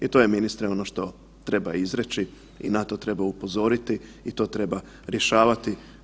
I to je ministre ono što treba izreći i na to treba upozoriti i to treba rješavati.